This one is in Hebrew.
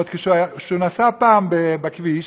שהוא נסע פעם בכביש,